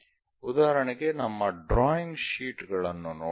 ಉದಾಹರಣೆಗೆ ನಮ್ಮ ಡ್ರಾಯಿಂಗ್ ಶೀಟ್ಗಳನ್ನು ನೋಡೋಣ